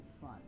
fun